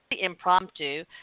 impromptu